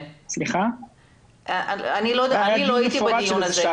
אני לא הייתי בדיון הזה.